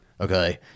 okay